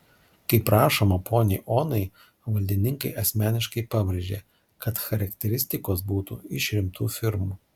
kaip rašoma poniai onai valdininkai asmeniškai pabrėžė kad charakteristikos būtų iš rimtų firmų